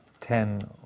ten